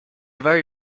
vari